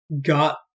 got